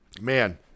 man –